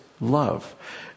love